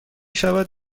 شود